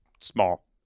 small